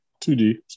2D